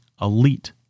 elite